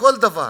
לכל דבר.